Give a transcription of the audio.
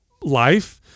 life